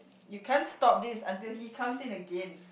you can't stop this until he comes in again